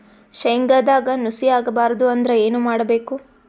ಶೇಂಗದಾಗ ನುಸಿ ಆಗಬಾರದು ಅಂದ್ರ ಏನು ಮಾಡಬೇಕು?